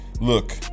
Look